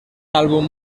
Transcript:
álbum